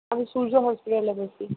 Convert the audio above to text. আমি সূর্যা হসপিটালে বসি